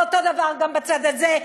ואותו דבר גם בצד הזה,